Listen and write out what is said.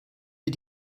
sie